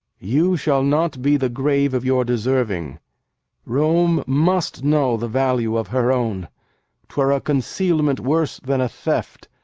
you shall not be the grave of your deserving rome must know the value of her own twere a concealment worse than a theft,